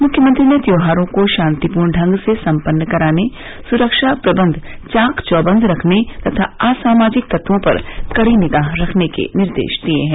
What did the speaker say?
मुख्यमंत्री ने त्यौहारों को शांतिपूर्ण ढंग से सम्मन्न कराने सुरक्षा प्रबंध चाक चौबन्द रखने तथा आसामाजिक तत्वों पर कड़ी निगाह रखने के निर्देश दिये हैं